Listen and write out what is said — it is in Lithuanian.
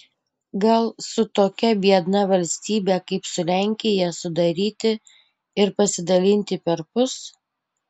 gal su tokia biedna valstybe kaip su lenkija sudaryti ir pasidalinti perpus